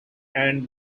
and